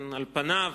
על פניו,